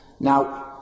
Now